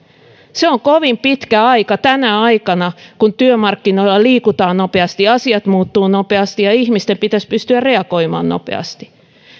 se on kovin pitkä aika tänä aikana kun työmarkkinoilla liikutaan nopeasti asiat muuttuvat nopeasti ja ihmisten pitäisi pystyä reagoimaan nopeasti